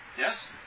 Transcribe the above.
yes